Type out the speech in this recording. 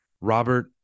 Robert